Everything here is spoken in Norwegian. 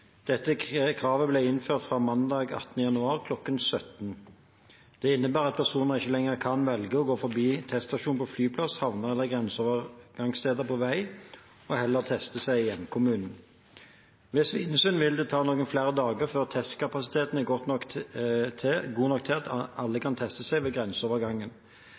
Dette kravet ble innført mandag 18. januar kl. 17.00. Det innebærer at personer ikke lenger kan velge å gå forbi teststasjoner på flyplasser, havner eller grenseovergangssteder på vei og heller teste seg i hjemkommunen. Ved Svinesund vil det ta noen flere dager før testkapasiteten er god nok til at alle kan teste seg ved denne grenseovergangen.